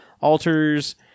altars